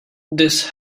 this